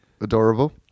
Adorable